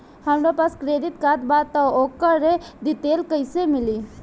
हमरा पास credit card बा त ओकर डिटेल्स कइसे मिली?